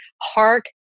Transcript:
Hark